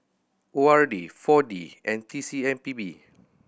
O R D Four D and T C M P B